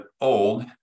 old